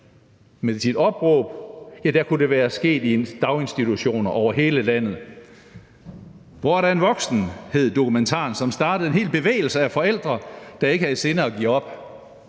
et opråb, der kunne være relevant i daginstitutioner over hele landet. »Hvor er der en voksen?«, hed dokumentaren, som startede en hel bevægelse af forældre, der ikke havde i sinde at give op